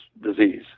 disease